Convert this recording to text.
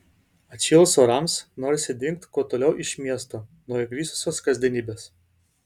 atšilus orams norisi dingt kuo toliau iš miesto nuo įgrisusios kasdienybės